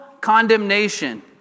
condemnation